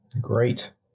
Great